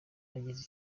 yageze